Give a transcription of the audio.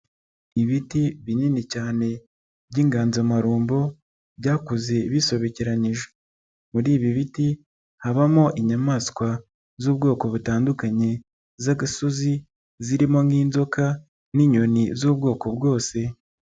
Ibiti binini cyane by'inganzamarumbo, byakuze bisobekeranyije. Muri ibi biti habamo inyamaswa z'ubwoko butandukanye z'agasozi, zirimo nk'inzoka n'inyoni z'ubwoko bwose.